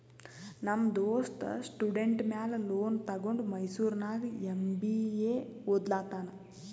ನಮ್ ದೋಸ್ತ ಸ್ಟೂಡೆಂಟ್ ಮ್ಯಾಲ ಲೋನ್ ತಗೊಂಡ ಮೈಸೂರ್ನಾಗ್ ಎಂ.ಬಿ.ಎ ಒದ್ಲತಾನ್